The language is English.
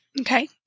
Okay